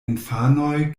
infanoj